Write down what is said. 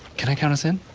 can i count us in?